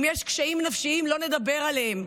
אם יש קשיים נפשיים, לא נדבר עליהם,